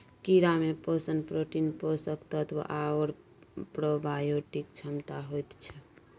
कीड़ामे पोषण प्रोटीन, पोषक तत्व आओर प्रोबायोटिक क्षमता होइत छै